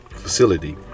facility